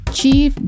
Chief